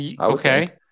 Okay